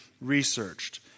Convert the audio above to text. researched